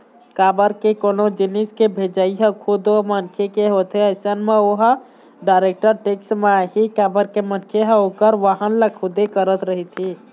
काबर के कोनो जिनिस के भेजई ह खुद ओ मनखे के होथे अइसन म ओहा डायरेक्ट टेक्स म आही काबर के मनखे ह ओखर वहन ल खुदे करत रहिथे